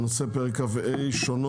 אני פותח את הישיבה, הנושא: פרק כ"ה (שונות),